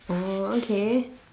oh okay